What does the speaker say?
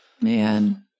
Man